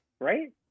right